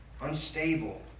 unstable